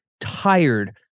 tired